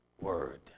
word